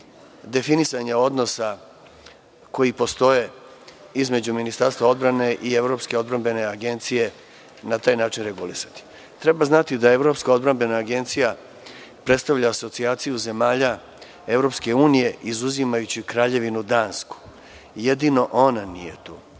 definisanja odnosa, koji postoje između Ministarstva odbrane i Evropske odbrambene agencije, na taj način regulisati. Treba znati da Evropska odbrambena agencija predstavlja asocijaciju zemalja EU, izuzimajući Kraljevinu Dansku, jedino ona nije tu.